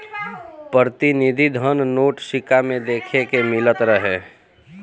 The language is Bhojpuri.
प्रतिनिधि धन नोट, सिक्का में देखे के मिलत रहे